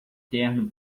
terno